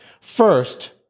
first